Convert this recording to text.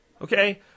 Okay